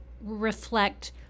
reflect